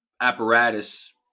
apparatus